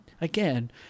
again